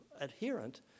adherent